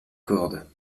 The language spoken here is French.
corde